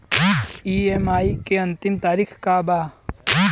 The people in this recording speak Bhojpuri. ई.एम.आई के अंतिम तारीख का बा?